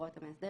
בהוראות המאסדר,